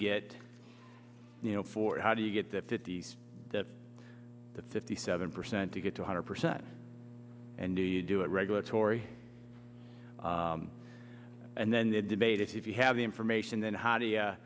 get you know for how do you get the fifty s that the fifty seven percent to get two hundred percent and do you do it regulatory and then the debate if you have the information then